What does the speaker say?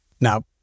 now